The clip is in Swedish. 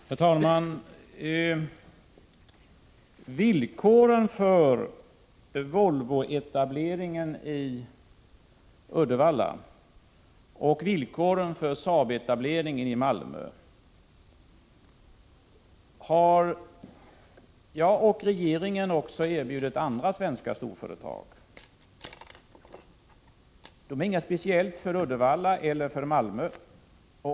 Herr talman! Villkoren för Volvoetableringen i Uddevalla och villkoren för Saabetableringen i Malmö har jag och regeringen också erbjudit andra svenska storföretag. De utgör inte något speciellt för Uddevalla eller för Malmö.